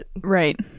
Right